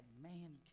man